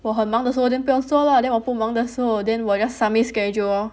我很忙时候不用说了 then 我不忙的时候 then 我要 submit schedule loh